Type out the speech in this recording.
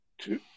two